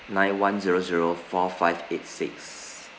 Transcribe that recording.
nine one zero zero four five eight six